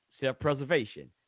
self-preservation